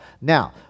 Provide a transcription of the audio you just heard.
now